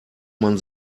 man